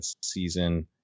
season